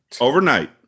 Overnight